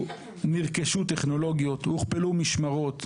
נרכשו טכנולוגיות, הוכפלו משמרות.